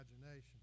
imagination